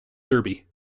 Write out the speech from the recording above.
derby